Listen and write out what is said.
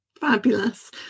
Fabulous